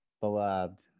beloved